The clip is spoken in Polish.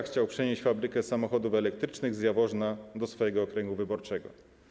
Chciał przenieść fabrykę samochodów elektrycznych z Jaworzna do swojego okręgu wyborczego.